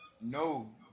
No